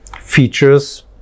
features